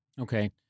Okay